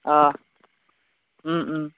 অঁ